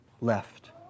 left